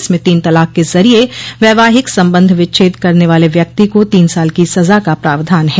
इसमें तीन तलाक के जरिए वैवाहिक संबंध विच्छेद करने वाले व्यक्ति को तीन साल की सजा का प्रावधान है